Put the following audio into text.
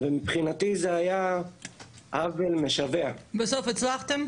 כמו שכתוב במסכת סופרים,